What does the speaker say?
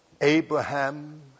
Abraham